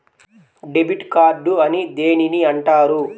Debit card అని దేనిని అంటారు?